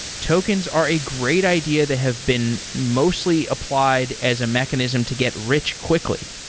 tokens are a great idea. they have been mostly applied as a mechanism to get rich quickly.